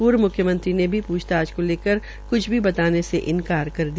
पूर्व म्ख्यमंत्री ने भी पूछताछ को लेकर क्छ भी बताने से इन्कार कर दिया